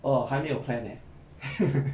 oh 还没有 plan eh